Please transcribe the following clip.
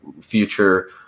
future